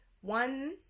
one